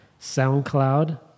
SoundCloud